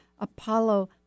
Apollo